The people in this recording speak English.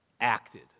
acted